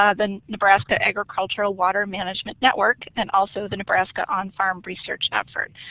ah the nebraska agricultural water management network and also the nebraska on-farm research effort.